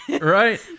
right